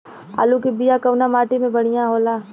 आलू के बिया कवना माटी मे बढ़ियां होला?